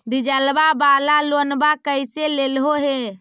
डीजलवा वाला लोनवा कैसे लेलहो हे?